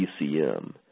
PCM